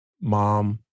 mom